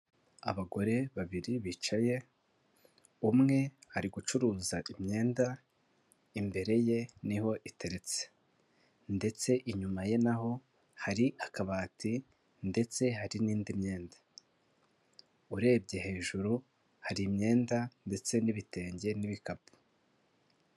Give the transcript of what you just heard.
Abagore babiri bicaye umwe ari gucuruza imyenda imbere ye niho iteretse ndetse inyuma ye naho hari akabati ndetse hari n'indi myenda, urebye hejuru hari imyenda ndetse n'ibitenge n'ibikapu.